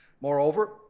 Moreover